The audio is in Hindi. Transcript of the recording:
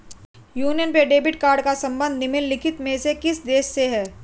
यूनियन पे डेबिट कार्ड का संबंध निम्नलिखित में से किस देश से है?